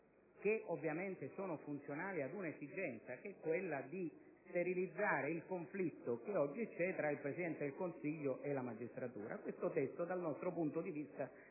che ovviamente sono funzionali all'esigenza di sterilizzare il conflitto che oggi c'è tra Presidente del Consiglio e la magistratura, questo testo dal nostro punto di vista sarebbe